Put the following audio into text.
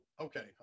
okay